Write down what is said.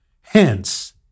Hence